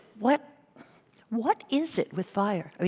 what what is it with fire?